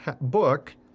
book